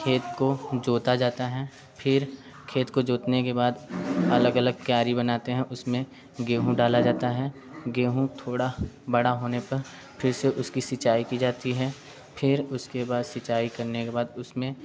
खेत को जोता जाता है फिर खेत को जोतने के बाद अलग अलग क्यारी बनाते हैं उसमें गेहूँ डाला जाता है गेहूँ थोड़ा बड़ा होने का फिर से उसकी सिंचाई की जाती है फिर उसके बाद सिंचाई करने के बाद उसमें